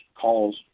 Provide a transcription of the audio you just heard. calls